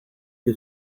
que